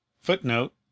footnote